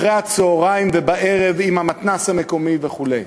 אחרי הצהריים ובערב במתנ"ס המקומי וכו'.